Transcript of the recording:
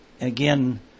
Again